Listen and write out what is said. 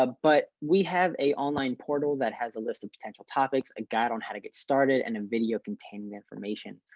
ah but we have an online portal that has a list of potential topics, a guide on how to get started and video containing information.